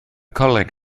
coleg